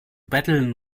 betteln